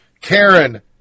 Karen